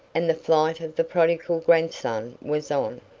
and the flight of the prodigal grand-son was on.